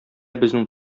безнең